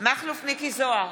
מכלוף מיקי זוהר,